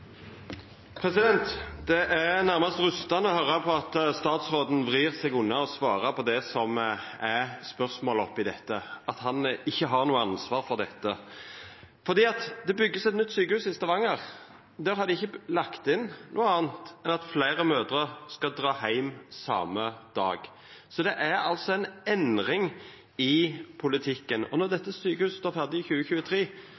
Det er nærmast rystande å høyra på at statsråden vrir seg unna å svara på spørsmålet her – at han ikkje har noko ansvar for dette. Det vert bygd eit nytt sjukehus i Stavanger, og der har dei ikkje lagt inn noko anna enn at fleire mødrer skal dra heim same dag. Så det er ei endring i politikken. Når